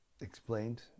explained